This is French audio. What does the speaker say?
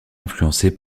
influencé